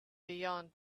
beyond